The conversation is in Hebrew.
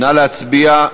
נא להצביע.